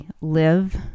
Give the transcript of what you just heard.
live